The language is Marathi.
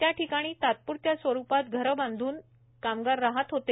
त्या ठिकाणी तात्प्रत्या स्वरूपात घरे बांधून कामगार राहत होते